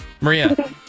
Maria